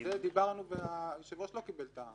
--- דיברנו על זה והיושב-ראש לא קיבל.